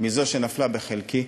מזו שנפלה בחלקי: